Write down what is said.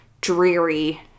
dreary